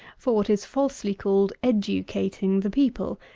for what is falsely called educating the people,